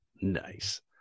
Nice